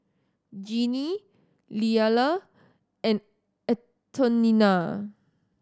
Jeannie Lillia and Antonina